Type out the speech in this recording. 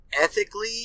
ethically